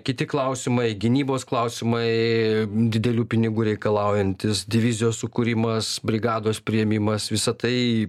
kiti klausimai gynybos klausimai didelių pinigų reikalaujantis divizijos sukūrimas brigados priėmimas visa tai